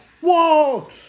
Whoa